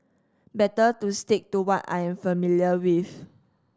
better to stick to what I am familiar with